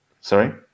sorry